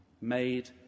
made